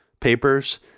papers